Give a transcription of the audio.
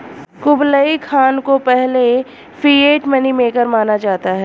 Kublai Khan को पहले fiat money maker माना जाता है